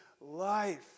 life